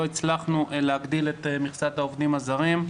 הצלחנו להגדיל את מכסת העובדים הזרים.